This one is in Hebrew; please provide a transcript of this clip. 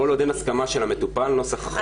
כי כל עוד אין הסכמה של המטופל נוסח החוק היום,